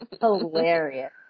Hilarious